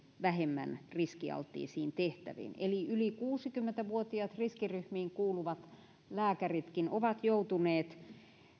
vähemmän riskialttiisiin tehtäviin eli yli kuusikymmentä vuotiaat riskiryhmiin kuuluvat lääkäritkin ovat joutuneet